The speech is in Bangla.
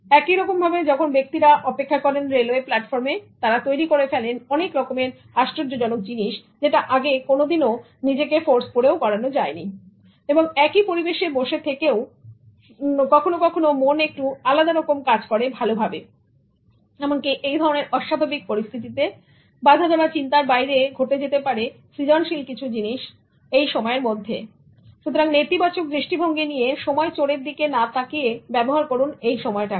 একইরকম ভাবে যখন ব্যক্তিরা অপেক্ষা করেন রেলওয়ে প্ল্যাটফর্মে তারা তৈরি করে ফেলেন অনেক রকমের আশ্চর্যজনক জিনিস যেটা আগে কোনদিনও নিজেকে কোর্স করেও করা যায়নি এবং একই পরিবেশে বসে থেকে ও সুতরাং কখনো কখনো মন একটু আলাদা রকম কাজ করে ভালোভাবে এমনকি এই ধরনের অস্বাভাবিক পরিস্থিতিতে সুতরাং বাঁধাধরা চিন্তার বাইরে ঘটে যেতে পারে এমনকি সৃজনশীল কিছু জিনিস এই সময়ের মধ্যে সুতরাং নেতিবাচক দৃষ্টিভঙ্গি নিয়ে সময় চোরের দিকে না তাকিয়ে ব্যবহার করুন এই সময়টাকে